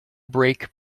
break